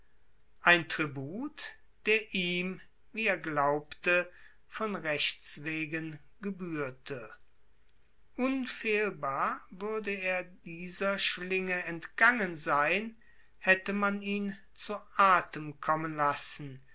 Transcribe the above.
ein tribut der ihm wie er glaubte von rechts wegen gebührte unfehlbar würde er dieser schlinge entgangen sein hätte man ihn zu atem kommen lassen